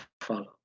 follow